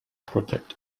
protect